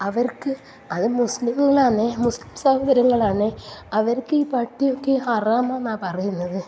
അവർക്ക് അത് മുസ്ലീമുകളാന്നേ മുസ്ലിംസ് സഹോദരങ്ങളാണെ അവർക്ക് ഈ പട്ടിയൊക്കെ ഹറാമാന്നാ പറയുന്നത്